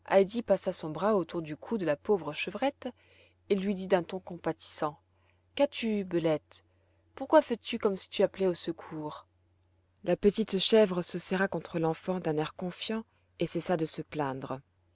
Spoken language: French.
heidi passa son bras autour du cou de la pauvre chevrette et lui dit d'un ton compatissant qu'as-tu bellette pourquoi fais-tu comme si tu appelais au secours la petite chèvre se serra contre l'enfant d'un air confiant et cessa de se plaindre